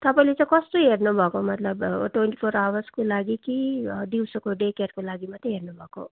तपाईँले चाहिँ कस्तो हेर्नु भएको मतलब ट्वेन्टी फोर आवर्सको लागि कि दिउँसोको डे केयरको लागि मात्रै हेर्नु भएको